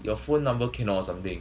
your phone number cannot or something